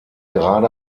gerade